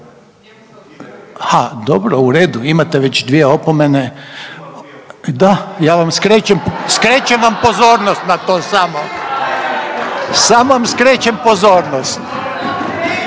A dobro, u redu. Imate već dvije opomene. Da, ja vam skrećem vam pozornost na to samo. Samo vam skrećem pozornost!